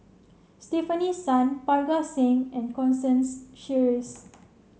Stefanie Sun Parga Singh and Constance Sheares